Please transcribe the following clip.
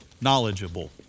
knowledgeable